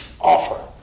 offer